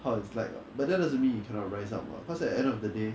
how it's like [what] but that doesn't mean you cannot rise up [what] because at the end of the day